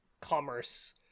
commerce